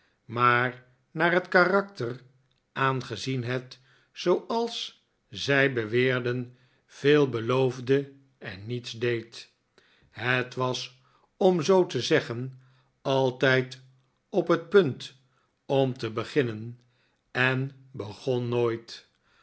maar naar het karakter aangezien het zooals zij beweerden veel beloofde en niets deed het was om zoo te zeggen altijd op het punt om te beginnen en begon nooit